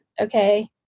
okay